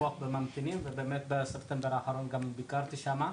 בממתינים ובאמת, בספטמבר האחרון ביקרתי שמה.